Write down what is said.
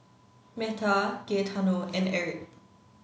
Metta Gaetano and Erik